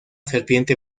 serpiente